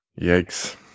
Yikes